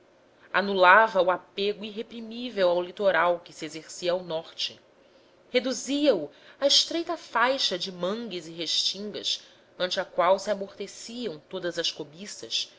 anulava o apego irreprimível ao litoral que se exercia ao norte reduzia o a estreita faixa de mangues e restingas ante a qual se amorteciam todas as cobiças